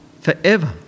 forever